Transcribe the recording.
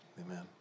Amen